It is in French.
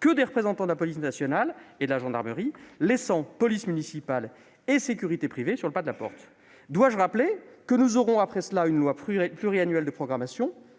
que des représentants de la police nationale et de la gendarmerie, laissant police municipale et sécurité privée sur le pas de la porte ... Dois-je le rappeler, nous aurons, après cela, un projet de loi pluriannuelle de programmation,